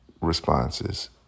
responses